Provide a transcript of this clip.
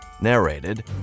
Narrated